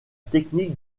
technique